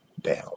down